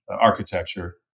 architecture